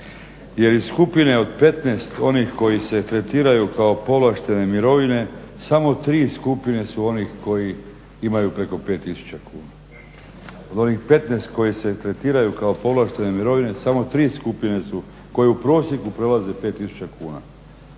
jer iz skupine od 15 onih koji se tretiraju kao povlaštene mirovine samo tri skupine su onih koji imaju preko 5000 kuna, od onih 15 koji se tretiraju kao povlaštene mirovine samo tri skupine su koji u prosjeku prelaze 5000 kuna.